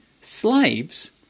slaves